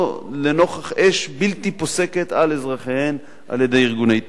לנוכח אש בלתי פוסקת על אזרחיהן על-ידי ארגוני טרור.